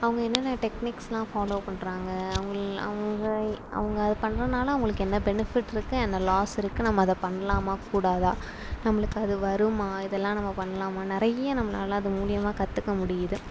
அவங்க என்னென்ன டெக்னீக்ஸ்லாம் ஃபாலோ பண்ணு்றாங்க அவங்கள் அவங்க அவங்க அதை பண்ணுறதுனால அவங்களுக்கு என்ன பெனிஃபிட் இருக்கு என்ன லாஸ் இருக்கு நம்ம அதை பண்ணலாமா கூடாதா நம்மளுக்கு அது வருமா இதெல்லாம் நம்ம பண்ணலாமா நிறைய நம்மளால அது மூலியமாக கற்றுக்க முடியுது